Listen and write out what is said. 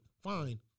Fine